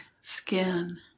skin